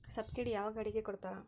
Subsidy ಯಾವ ಗಾಡಿಗೆ ಕೊಡ್ತಾರ?